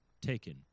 taken